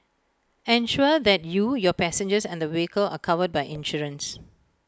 ensure that you your passengers and the vehicle are covered by insurance